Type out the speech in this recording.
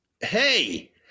hey